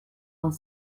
vingt